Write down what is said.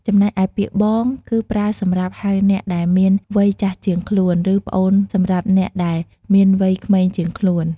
ចំណែកឯពាក្យ បង គឺ ប្រើសម្រាប់ហៅអ្នកដែលមាន វ័យចាស់ជាងខ្លួន ឬ ប្អូនសម្រាប់ អ្នកដែលមានវ័យក្មេងជាង ខ្លួន។